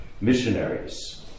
missionaries